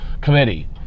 committee